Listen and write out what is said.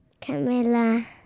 Camilla